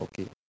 Okay